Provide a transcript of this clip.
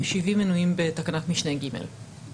המשיבים מנויים בתקנת משנה (ג).